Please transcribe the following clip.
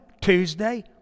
Tuesday